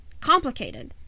complicated